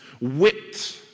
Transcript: whipped